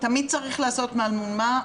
תמיד צריך לעשות מה מול מה,